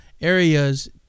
areas